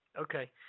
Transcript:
Okay